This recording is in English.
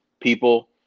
people